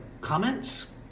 comments